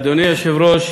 אדוני היושב-ראש,